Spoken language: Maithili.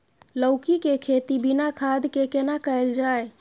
लौकी के खेती बिना खाद के केना कैल जाय?